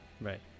Right